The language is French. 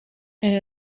elle